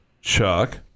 Chuck